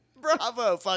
Bravo